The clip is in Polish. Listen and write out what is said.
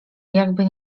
jakby